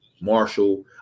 Marshall